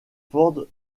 ford